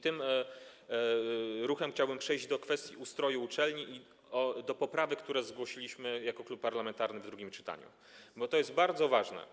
Tym ruchem chciałbym przejść do kwestii ustroju uczelni i do poprawek, które zgłosiliśmy jako klub parlamentarny w drugim czytaniu, bo to jest bardzo ważne.